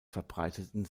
verbreiteten